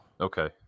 okay